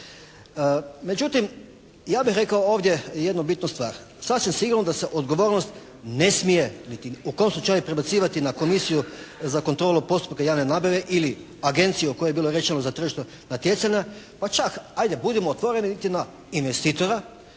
Međutim, ja bih rekao ovdje jednu bitnu stvar. Sasvim sigurno da se odgovornost ne smije niti … /Govornik se ne razumije./ … prebacivati na Komisiju za kontrolu postupka javne nabave ili Agenciju o kojoj je bilo rečeno za tržišno natjecanje, pa čak ajde budimo otvoreni niti na investitora